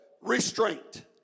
restraint